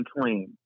clean